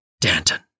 Danton